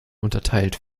unterteilt